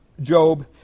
Job